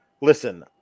listen